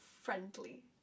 friendly